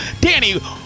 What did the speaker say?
Danny